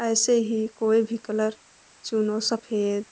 ऐसे ही कोई भी कलर चुनो सफेद